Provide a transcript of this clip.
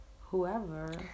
whoever